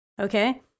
Okay